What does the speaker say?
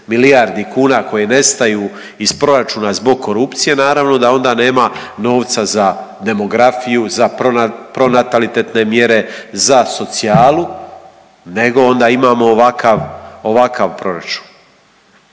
milijardi kuna koje nestaju iz proračuna zbog korupcije naravno da onda nema novca za demografiju, za pronatalitetne mjere, za socijalu nego onda imamo ovakav proračun.